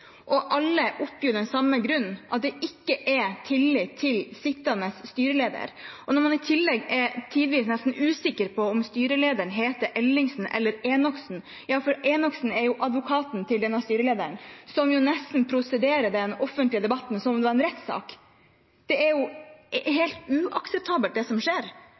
Alle oppgir den samme grunnen: at det ikke er tillit til sittende styreleder. I tillegg er man tidvis nesten usikker på om styrelederen heter Ellingsen eller Enoksen – ja, for Enoksen er advokaten til denne styrelederen og prosederer nesten den offentlige debatten som om den var en rettssak. Det som skjer, er jo helt uakseptabelt. Og så står statsråden her og snakker som